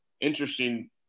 interesting